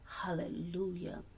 hallelujah